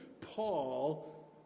paul